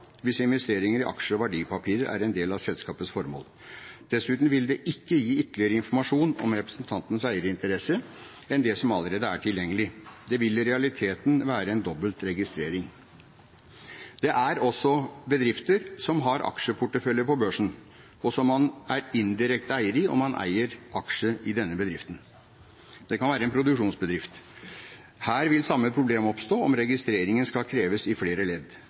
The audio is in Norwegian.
hvis investeringer i aksjer og verdipapirer er en del av selskapets formål. Dessuten vil det ikke gi ytterligere informasjon om representantens eierinteresser enn det som allerede er tilgjengelig. Det vil i realiteten være en dobbelt registrering. Det er også bedrifter som har aksjeporteføljer på børsen, og som man er indirekte eier i om man eier aksjer i denne bedriften. Det kan være en produksjonsbedrift. Her vil samme problem oppstå om registreringen skal kreves i flere ledd.